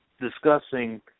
discussing